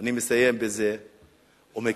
אני מסיים בזה ומקווה,